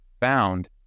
found